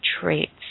traits